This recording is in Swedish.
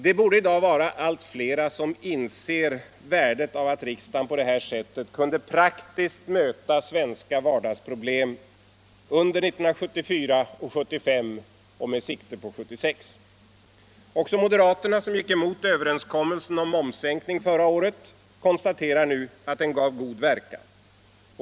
Det borde i dag vara allt fler som ser värdet av att riksdagen på det sättet kunnat praktiskt möta svenska vardagsproblem under 1974 och 1975 och med sikte på 1976. Också moderaterna, som gick emot överenskommelsen om momssänkning förra året, konstaterar nu att den gav god verkan.